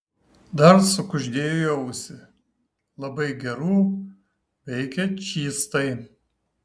dar sukuždėjo į ausį labai gerų veikia čystai